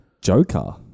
Joker